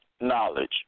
knowledge